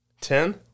Ten